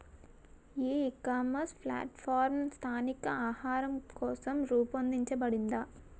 ఈ ecommerce platform స్థానిక ఆహారం కోసం రూపొందించబడిందా?